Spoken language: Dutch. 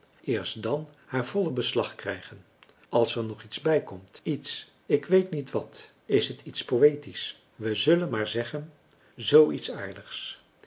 eerst dàn haar volle beslag krijgen als er nog iets bijkomt iets ik weet niet wat is het iets poëtisch we zullen maar weer zeggen zoo iets